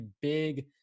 big